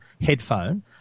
headphone